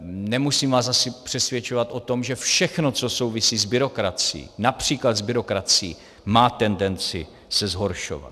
Nemusím vás asi přesvědčovat o tom, že všechno, co souvisí s byrokracií, například s byrokracií, má tendenci se zhoršovat.